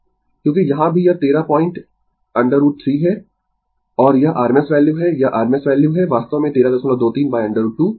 क्योंकि यहां भी यह 13 पॉइंट √ 3 है और यह rms वैल्यू है यह rms वैल्यू है वास्तव में 1323 √ 2